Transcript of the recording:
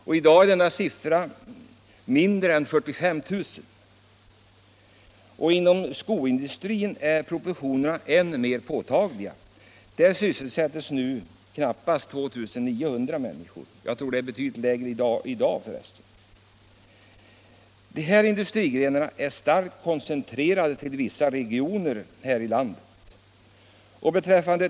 I dag är siffran mindre än 45 000. Inom skoindustrin är de ändrade proportionerna än mer påtagliga. Där sysselsätts nu ca 2000 människor — jag tror för resten att det är ett något lägre antal i dag. De här industrigrenarna är starkt koncentrerade till vissa regioner i landet.